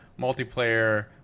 multiplayer